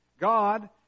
God